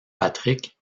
patrick